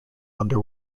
under